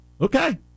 Okay